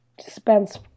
dispense